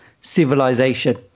civilization